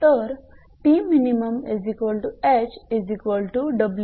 तर 𝑊𝑐 असेल